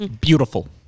Beautiful